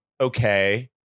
Okay